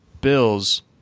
Bills